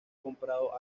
comprado